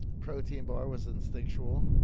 protein bar was instinctual.